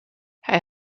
hij